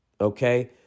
okay